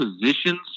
positions